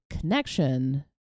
connection